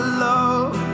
love